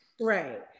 Right